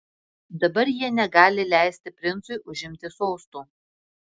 dabar jie negali leisti princui užimti sosto